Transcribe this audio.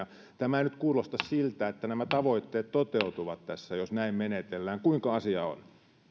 tämä ei nyt kuulosta siltä että nämä tavoitteet toteutuvat tässä jos näin menetellään kuinka asia on